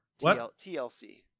TLC